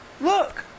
look